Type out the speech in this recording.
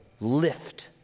lift